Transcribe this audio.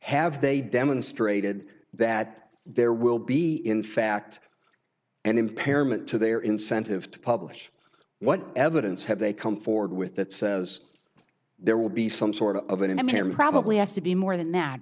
have they demonstrated that there will be in fact an impairment to their incentive to publish what evidence have they come forward with that says there will be some sort of any merit probably has to be more than that